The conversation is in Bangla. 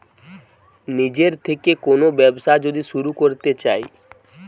নিজের থেকে কোন ব্যবসা যদি শুরু করতে চাই